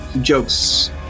jokes